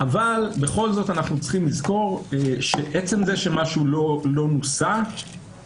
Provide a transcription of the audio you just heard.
אבל בכל זאת אנחנו צריכים לזכור שעצם זה שמשהו לא נוסה